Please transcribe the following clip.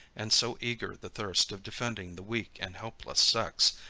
and so eager the thirst of defending the weak and helpless sex,